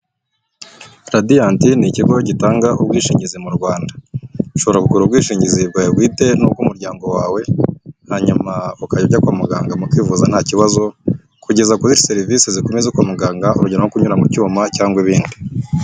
Radiyanti ni ikigo gitanga ubwishingizi mu Rwanda, ushobora kugura ubwishingizi bwawe bwite n'ubwumuryango wawe hanyuma ukajya ujya kwa muganga mu kwivuza nta kibazo kugeza kuri serivisi zikomeye zo kwa muganga urugero nko kunyura mu cyuma cyangwa ibindi.